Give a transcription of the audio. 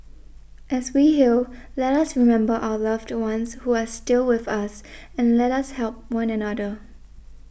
as we heal let us remember our loved ones who are still with us and let us help one another